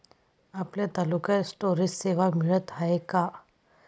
आपल्या तालुक्यात स्टोरेज सेवा मिळत हाये का?